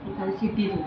Argentina